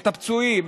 את הפצועים,